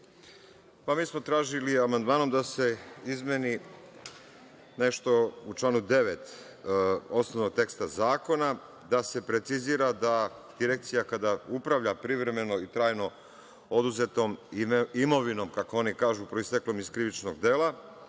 Mi smo tražili amandmanom da se izmeni nešto u članu 9. osnovnog teksta zakona, da se precizira da Direkcija kada upravlja privremeno ili trajno oduzetom imovinom, kako oni kažu, proisteklom iz krivičnog dela,